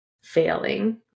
failing